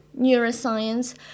neuroscience